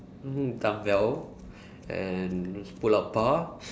mm dumbbell and pull up bar